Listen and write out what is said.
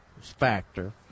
factor